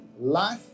life